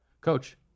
coach